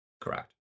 Correct